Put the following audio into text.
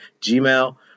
gmail